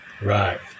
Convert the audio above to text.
Right